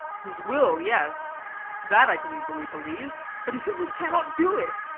his will, yes that i can easily believe. but he simply cannot do it.